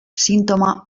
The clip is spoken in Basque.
sintoma